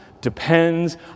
depends